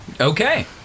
Okay